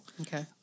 Okay